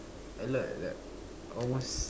a lot a lot almost